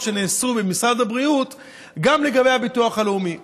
שנעשו במשרד הבריאות גם בביטוח הלאומי.